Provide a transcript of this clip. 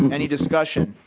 and and a discussion?